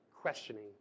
questioning